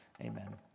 Amen